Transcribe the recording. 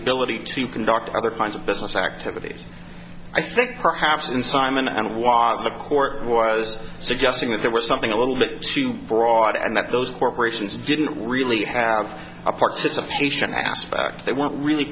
ability to conduct other kinds of business activities i think perhaps in simon and walk the court was suggesting that there was something a little bit too broad and that those corporations didn't really have a participation asked fact they weren't really